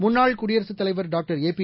முன்னாள் குடியரசுத் தலைவர் டாங்டர் ஏபி